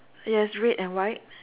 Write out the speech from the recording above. yes red and white